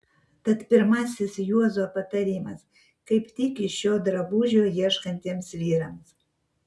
tad pirmasis juozo patarimas kaip tik šio drabužio ieškantiems vyrams